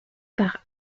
par